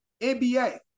NBA